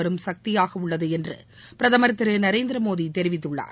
வரும் சக்தியாக உள்ளது என்று பிரதமர் திரு நரேந்திரமோடி தெரிவித்துள்ளார்